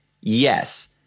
Yes